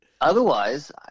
Otherwise